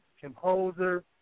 composer